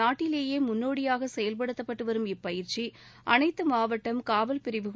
நாட்டிலேயே முன்னோடியாக செயல்படுத்தப்பட்டு வரும் இப்பயிற்சி அனைத்து மாவட்டம் காவல் பிரிவுகள்